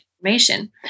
information